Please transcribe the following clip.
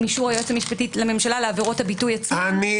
אישור היועצת המשפטית לממשלה לעברות הביטוי עצמן,